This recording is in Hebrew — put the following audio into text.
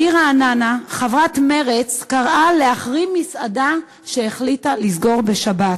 בעיר רעננה חברת מרצ קראה להחרים מסעדה שהחליטה לסגור בשבת.